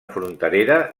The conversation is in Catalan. fronterera